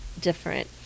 different